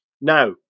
Now